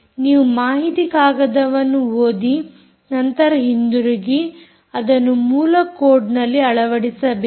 ನೀವು ಮಾಹಿತಿ ಕಾಗದವನ್ನು ಓದಿ ನಂತರ ಹಿಂದಿರುಗಿ ಅದನ್ನು ಮೂಲ ಕೋಡ್ನಲ್ಲಿ ಅಳವಡಿಸಬೇಕು